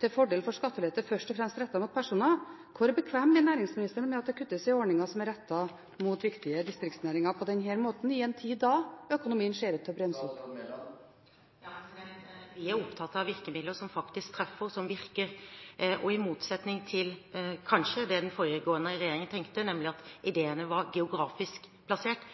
til fordel for skattelette først og fremst rettet mot personer, hvor bekvem er næringsministeren med at det kuttes i ordninger som er rettet mot viktige distriktsnæringer på denne måten, i en tid da økonomien ser ut til å bremse opp? Vi er opptatt av virkemidler som faktisk treffer og som virker. I motsetning – kanskje – til det den foregående regjeringen tenkte, nemlig at ideene var geografisk plassert,